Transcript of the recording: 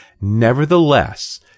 Nevertheless